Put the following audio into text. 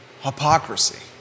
hypocrisy